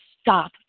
stop